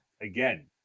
again